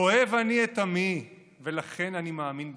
אוהב אני את עמי, ולכן אני מאמין בחירות,